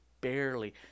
barely